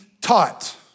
taught